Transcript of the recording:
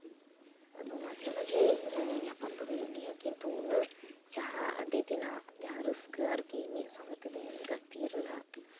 ᱟᱫᱚ ᱢᱟᱡᱷᱮ ᱢᱟᱡᱷᱮ ᱧᱟᱯᱟᱢ ᱫᱚ ᱦᱩᱭᱩᱜ ᱜᱮᱭᱟ ᱠᱤᱱᱛᱩ ᱩᱱᱟᱹᱜ ᱡᱟᱦᱟᱸ ᱟᱹᱰᱤ ᱫᱤᱱᱟᱜ ᱡᱟᱦᱟᱸ ᱨᱟᱹᱥᱠᱟᱹ ᱟᱨᱠᱤ ᱢᱤᱫ ᱥᱚᱝᱜᱮ ᱛᱮᱞᱮ ᱜᱟᱛᱮ ᱞᱮᱱᱟ